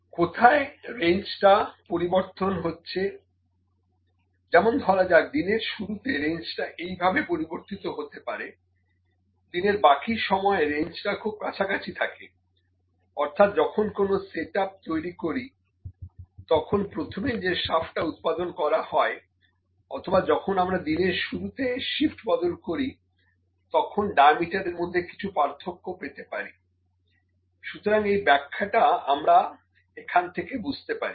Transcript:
কোথায় রেঞ্জটা পরিবর্তন হচ্ছে যেমন ধরা যাক দিনের শুরুতে রেঞ্জটা এই ভাবে পরিবর্তিত হতে পারে দিনের বাকি সময়ে রেঞ্জটা খুব কাছাকাছি থাকে অর্থাৎ যখন কোনো সেট আপ তৈরি করি তখন প্রথম যে শ্যাফ্টটা উৎপাদন করা হয় অথবা যখন আমরা দিনের শুরুতে শিফট বদল করি তখন ডায়ামিটার এরমধ্যে কিছু পার্থক্য পেতে পারি সুতরাং এই ব্যাখ্যাটা আমরা এখন থেকে বুঝতে পারি